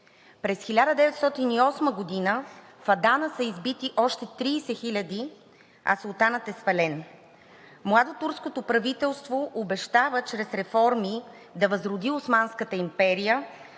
през 1908 г. в Адана са избити още 30 хиляди, а султанът е свален. Младотурското правителство обещава чрез реформи да възроди Османската империя,